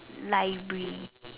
library